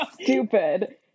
stupid